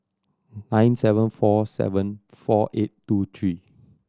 nine seven four seven four eight two three